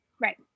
Right